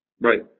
Right